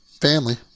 family